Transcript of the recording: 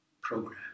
program